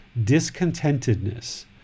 discontentedness